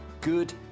good